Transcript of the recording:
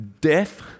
death